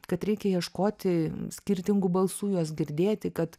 kad reikia ieškoti skirtingų balsų juos girdėti kad